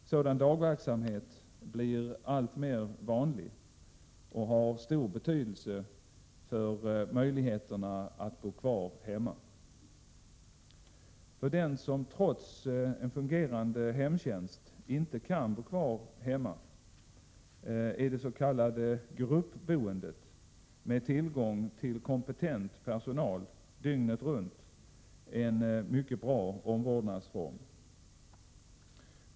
Sådan dagverksamhet blir alltmer vanlig och har stor betydelse för möjligheterna att bo kvar hemma. För den som trots fungerande hemtjänst inte kan bo kvar hemma är dets.k. gruppboendet med tillgång till kompetent personal dygnet runt en mycket bra omvårdnadsform.